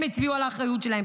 הם הצביעו על האחריות שלהם,